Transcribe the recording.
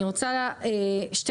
אני רוצה וחייבת להתייחס ולומר שתי